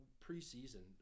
preseason